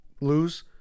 lose